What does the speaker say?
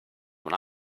when